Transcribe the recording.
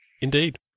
Indeed